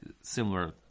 Similar